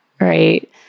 right